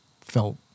felt